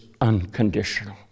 unconditional